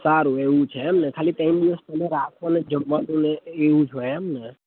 સારું એવું છે એમને ખાલી ત્રણ દિવસ તમે રાખો ને જમવાનું ને એવું જ હોય એમને